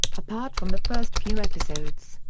apart from the first few episodes,